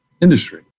industry